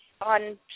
on